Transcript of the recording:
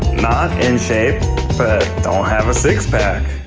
not in shape but don't have a six pack.